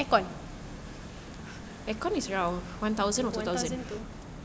aircon one thousand two